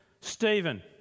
Stephen